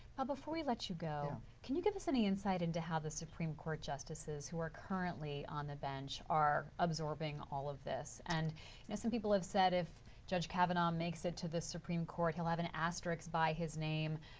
before we let you go, can you give us any insight into how the supreme court justices who are currently on the bench are absorbing all of this? and, as some people have so, if judge kavanaugh makes it to the supreme court, he will have an astrid by his name.